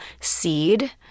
Seed